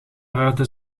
ruiten